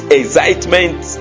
excitement